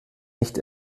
nicht